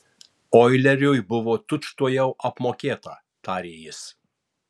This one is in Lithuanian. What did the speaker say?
oileriui buvo tučtuojau apmokėta tarė jis